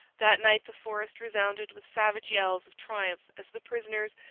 that night the forest resounded with savage yells of triumph as the prisoners,